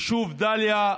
והיישוב דאליה,